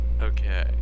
Okay